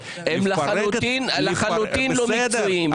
אבל לפרק --- הם לחלוטין לא מקצועיים.